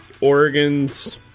Oregon's